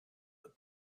the